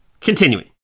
continuing